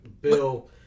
Bill